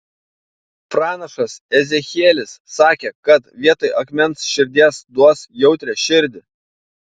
pranašas ezechielis sakė kad vietoj akmens širdies duos jautrią širdį